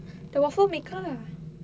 the waffle maker lah